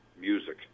music